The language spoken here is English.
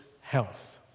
health